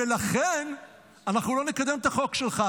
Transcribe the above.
ולכן אנחנו לא נקדם את החוק שלך.